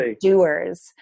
doers